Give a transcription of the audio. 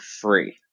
free